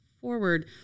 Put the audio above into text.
forward